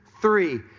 three